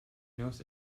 knows